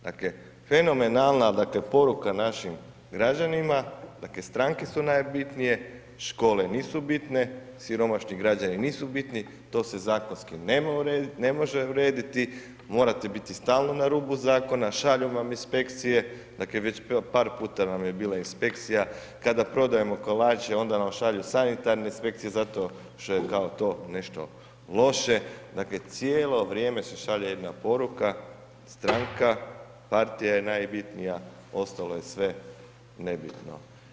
Dakle fenomenalna poruka našim građanima, dakle stranke su najbitnije, škole nisu bitne, siromašni građani nisu bitni, to se zakonski ne može urediti, morate biti stalno na rubu, šalju vam inspekcije, dakle već par puta nam je bila inspekcija, kada prodajemo kolače onda nam šalju sanitarne inspekcije zato što je kao to nešto loše, dakle, cijelo vrijeme se šalje jedna poruka, stranka, partija je najbitnija, ostalo je sve nebitno.